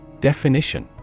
Definition